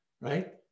Right